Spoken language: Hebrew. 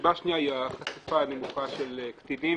הסיבה השנייה היא החשיפה הנמוכה של קטינים.